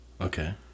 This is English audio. Okay